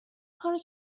کارو